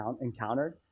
encountered